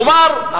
כלומר,